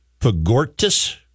Pagortis